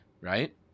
right